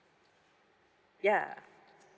ya